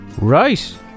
right